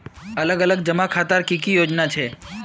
अलग अलग जमा खातार की की योजना छे?